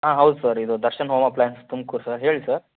ಹಾಂ ಹೌದು ಸರ್ ಇದು Darshan home appliances Tumakuru sir ಹೇಳಿ ಸರ್